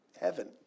heaven